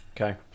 okay